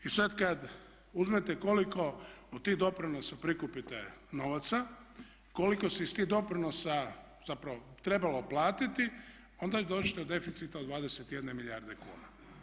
I sada kada uzmete koliko u tih doprinosa prikupite novaca, koliko se iz tih doprinosa zapravo trebalo platiti, onda dođete do deficita do deficita od 21 milijarde kuna.